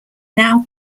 now